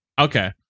Okay